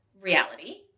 reality